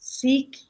seek